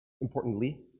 importantly